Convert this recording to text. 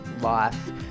life